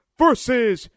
versus